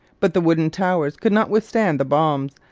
but the wooden towers could not withstand the bombs,